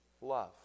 love